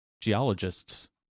Geologists